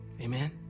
Amen